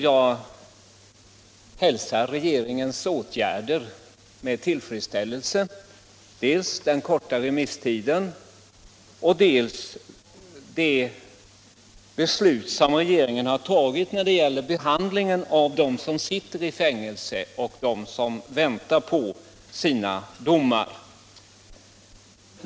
Jag hälsar regeringens åtgärder med tillfredsställelse, dels den korta remisstiden, dels det beslut som regeringen har tagit när det gäller behandlingen av dem som sitter i fängelse och dem som väntar på sina domar.